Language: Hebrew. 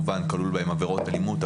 כלולות בהן גם עבירות אלימות,